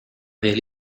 veel